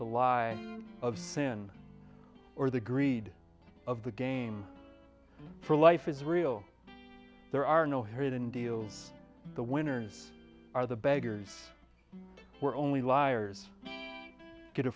the lie of sin or the greed of the game for life is real there are no herd in deals the winners are the beggars were only liars get a